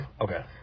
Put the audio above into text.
Okay